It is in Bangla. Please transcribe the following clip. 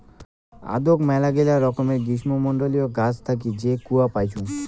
আদৌক মেলাগিলা রকমের গ্রীষ্মমন্ডলীয় গাছ থাকি যে কূয়া পাইচুঙ